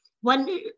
One